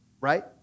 right